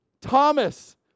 Thomas